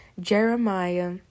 Jeremiah